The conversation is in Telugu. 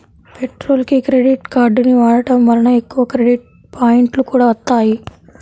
పెట్రోల్కి క్రెడిట్ కార్డుని వాడటం వలన ఎక్కువ క్రెడిట్ పాయింట్లు కూడా వత్తాయి